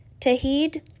Tahid